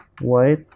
white